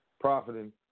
profiting